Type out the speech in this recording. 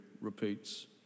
repeats